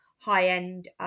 high-end